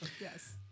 Yes